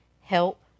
help